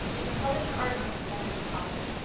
even published an article discussing this topic.